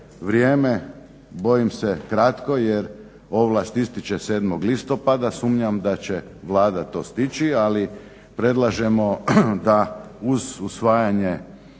vrijeme, bojim se kratko jer ovlasti ističe 7.listopada sumnjam da će Vlada to stići, ali predlažemo da uz usvajanje